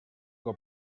que